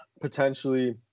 potentially